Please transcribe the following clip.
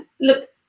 look